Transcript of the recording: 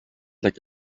like